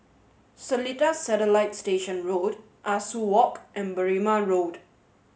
Seletar Satellite Station Road Ah Soo Walk and Berrima Road